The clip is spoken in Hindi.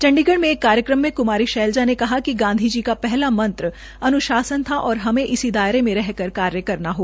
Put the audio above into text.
चंडीगढ़ में एक कार्यक्रम में कुमारी शैलजा ने कहा कि गांधी जी का पहला मंत्र अन्शासन या और हमें इसी दायरे में रहकर कार्य करना है